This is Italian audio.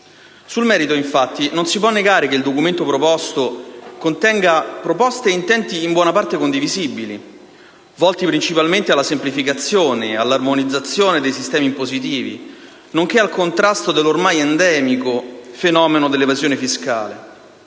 Sul merito, infatti, non si può negare che il documento proposto contenga proposte e intenti in buona parte condivisibili, volti principalmente alla semplificazione e all'armonizzazione dei sistemi impositivi, nonché al contrasto dell'ormai endemico fenomeno dell'evasione fiscale.